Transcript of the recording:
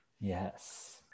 yes